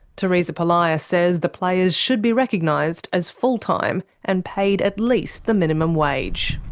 teresa polias says the players should be recognised as full-time and paid at least the minimum wage.